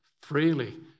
freely